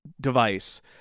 device